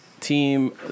Team